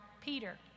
Peter